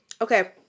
Okay